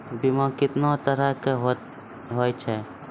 बीमा कितने तरह के होते हैं?